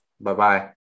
Bye-bye